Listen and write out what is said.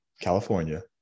California